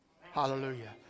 Hallelujah